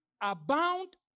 abound